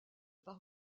par